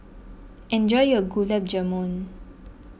enjoy your Gulab Jamun